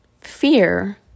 Fear